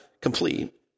complete